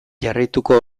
jarraituko